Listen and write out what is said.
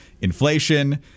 inflation